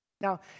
Now